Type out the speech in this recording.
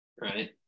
right